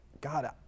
God